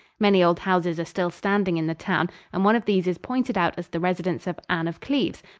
many old houses are still standing in the town and one of these is pointed out as the residence of anne of cleves,